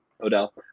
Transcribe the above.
Odell